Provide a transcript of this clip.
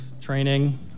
training